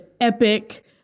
epic